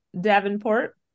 Davenport